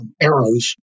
arrows